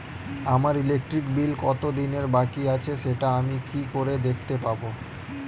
আমার electric bill কত দিনের বাকি আছে সেটা আমি কি করে দেখতে পাবো?